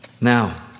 Now